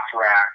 rack